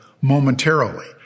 momentarily